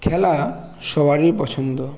খেলা সবারই পছন্দ